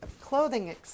clothing